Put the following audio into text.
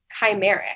chimeric